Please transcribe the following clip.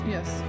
Yes